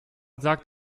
sagt